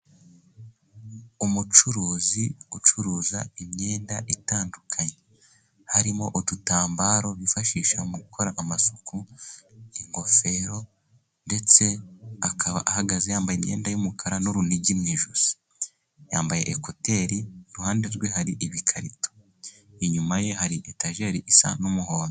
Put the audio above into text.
Umucuruzi ucuruza imyenda itandukanye. Harimo udutambaro bifashisha mu gukora amasuku, ingofero ndetse akaba ahagaze yambaye imyenda' yumukara, n'urunigi mu ijosi. Yambaye ekuteri. Iruhande rwe hari ibikarito, inyuma ye hari etajeri isa n'umuhondo.